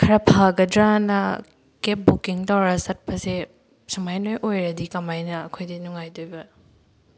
ꯈꯔ ꯐꯒꯗ꯭ꯔꯅ cab booking ꯇꯧꯔ ꯆꯠꯄꯁꯦ ꯁꯨꯃꯥꯏꯅ ꯂꯣꯏ ꯑꯣꯏꯔꯗꯤ ꯀꯃꯥꯏꯅ ꯑꯩꯈꯣꯏꯗꯤ ꯅꯨꯡꯉꯥꯏꯗꯣꯏꯕ